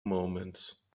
moments